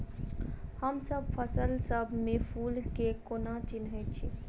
हमसब फसल सब मे फूल केँ कोना चिन्है छी?